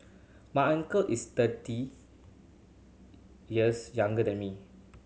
my uncle is thirty years younger than me